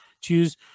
choose